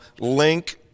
link